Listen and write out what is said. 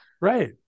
Right